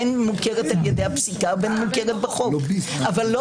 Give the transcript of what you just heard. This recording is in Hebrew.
בין מוכרת על ידי הפסיקה או בחוק אבל לא